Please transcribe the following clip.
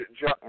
John